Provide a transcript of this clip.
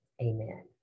Amen